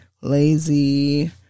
lazy